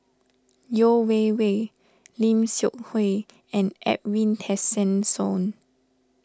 Yeo Wei Wei Lim Seok Hui and Edwin Tessensohn